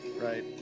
right